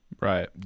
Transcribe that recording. right